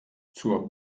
zur